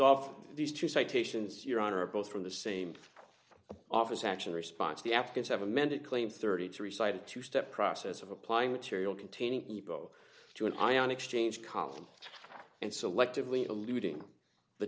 of these two citations your honor both from the same office action response the afghans have amended claims thirty three cited two step process of applying material containing ebo to an eye on exchange column and selectively diluting the